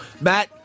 Matt